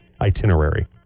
itinerary